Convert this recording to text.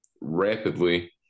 rapidly